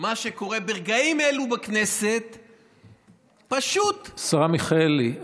מה שקורה ברגעים אלו בכנסת פשוט, השרה מיכאלי,